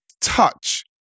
touch